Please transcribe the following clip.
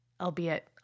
Albeit